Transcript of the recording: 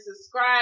subscribe